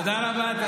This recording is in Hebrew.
תודה רבה.